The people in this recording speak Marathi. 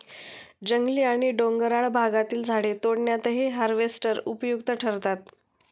जंगली आणि डोंगराळ भागातील झाडे तोडण्यातही हार्वेस्टर उपयुक्त ठरतात